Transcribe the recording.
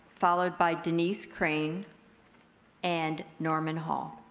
followed by denise krein and norman hall.